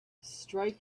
strike